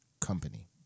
company